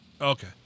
Okay